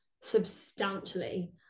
substantially